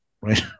right